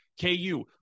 KU